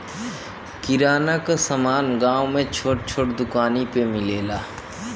किराना क समान गांव में छोट छोट दुकानी पे मिलेला